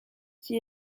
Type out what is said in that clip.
qui